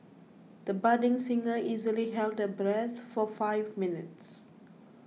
the budding singer easily held her breath for five minutes